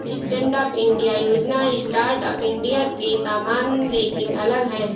stand up India योजना startup India के समान लेकिन अलग है